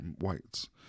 whites